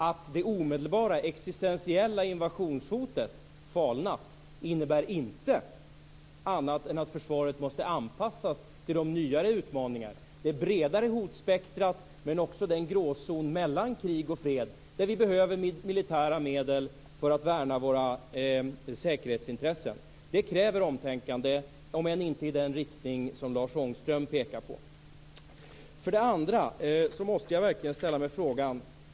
Att det omedelbara existentiella invasionshotet falnat innebär inte annat än att försvaret måste anpassas till de nyare utmaningar, det bredare hotspektrumet men också den gråzon mellan krig och fred där vi behöver militära medel för att värna våra säkerhetsintressen. Det kräver omtänkande, om än inte i den riktning som Lars Ångström pekar mot. För det andra måste jag verkligen ställa en fråga.